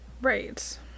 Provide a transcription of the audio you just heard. Right